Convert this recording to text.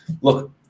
Look